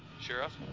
Sheriff